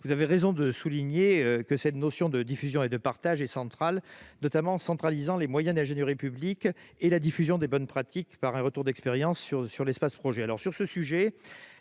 Vous avez raison de le souligner, cette notion de diffusion et de partage est primordiale, notamment grâce à la centralisation des moyens d'ingénierie publique et la diffusion des bonnes pratiques par un retour d'expérience sur l'espace « projet